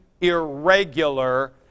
irregular